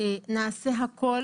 נעשה הכל